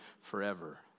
forever